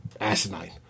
asinine